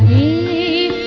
e